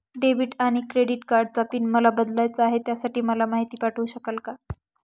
Debit आणि credit कार्डचा PIN मला बदलायचा आहे, त्यासाठी मला माहिती पाठवू शकाल का?